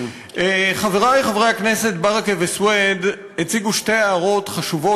חברי חברי הכנסת ברכה וסוייד הציגו שתי הערות חשובות,